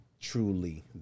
truly